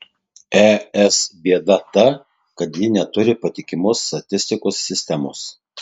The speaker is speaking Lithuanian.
es bėda ta kad ji neturi patikimos statistikos sistemos